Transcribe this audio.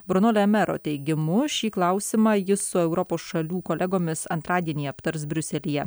brunole mero teigimu šį klausimą jis su europos šalių kolegomis antradienį aptars briuselyje